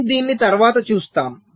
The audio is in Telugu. మనం దీనిని తరువాత చూస్తాము